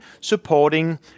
supporting